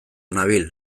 nabil